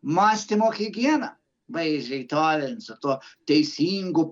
mąstymo higiena vaizdžiai tariant su tuo teisingu